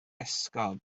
esgob